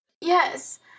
Yes